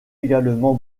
également